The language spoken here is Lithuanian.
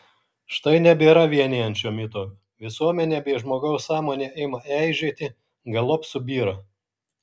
štai nebėra vienijančio mito visuomenė bei žmogaus sąmonė ima eižėti galop subyra